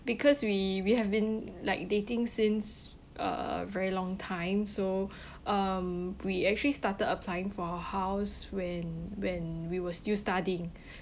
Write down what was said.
because we we have been like dating since a very long time so um we actually started applying for a house when when we were still studying